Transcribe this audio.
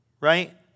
Right